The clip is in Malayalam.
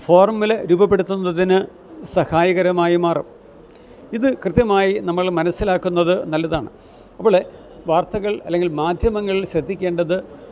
ഫോർമുല രൂപപ്പെടുത്തുന്നതിന് സഹായകരമായി മാറും ഇത് കൃത്യമായി നമ്മൾ മനസ്സിലാക്കുന്നത് നല്ലതാണ് അപ്പോൾ വാർത്തകൾ അല്ലെങ്കിൽ മാധ്യമങ്ങളിൽ ശ്രദ്ധിക്കേണ്ടത്